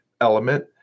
element